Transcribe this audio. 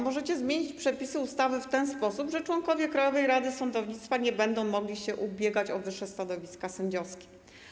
Możecie zmienić przepisy ustawy w ten sposób, że członkowie Krajowej Rady Sądownictwa nie będą mogli się ubiegać o wyższe stanowiska sędziowskie.